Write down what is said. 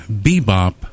bebop